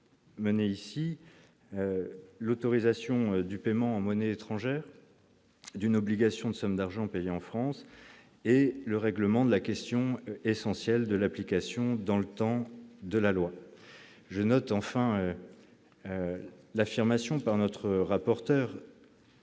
mené ici l'autorisation du paiement en monnaie étrangère, d'une obligation de sommes d'argent payé en France et le règlement de la question essentielle de l'application dans le temps de la loi, je note enfin l'affirmation par notre rapporteur